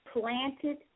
planted